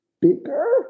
bigger